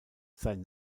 sein